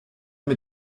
mit